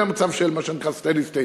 זה היה מצב של מה שנקרא steady state.